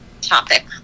topic